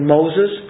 Moses